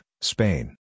Spain